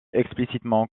explicitement